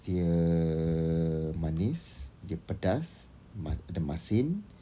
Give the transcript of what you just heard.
dia manis dia pedas ma~ ada masin